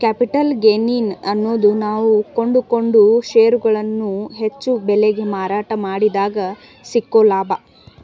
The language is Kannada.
ಕ್ಯಾಪಿಟಲ್ ಗೆಯಿನ್ ಅನ್ನೋದು ನಾವು ಕೊಂಡುಕೊಂಡ ಷೇರುಗಳನ್ನು ಹೆಚ್ಚು ಬೆಲೆಗೆ ಮಾರಾಟ ಮಾಡಿದಗ ಸಿಕ್ಕೊ ಲಾಭ